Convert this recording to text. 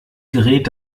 gerät